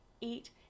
eat